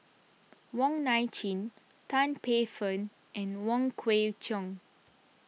Wong Nai Chin Tan Paey Fern and Wong Kwei Cheong